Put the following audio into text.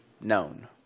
known